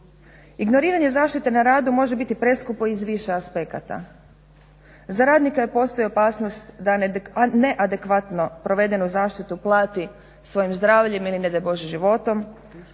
Ignoriranje zaštite na radu može biti preskupo iz više aspekata. Za radnika postoji opasnost da neadekvatno provedenu zaštitu plati svojim zdravljem ili ne daj Bože životom,